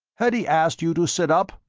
had he asked you to sit up?